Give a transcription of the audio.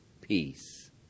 peace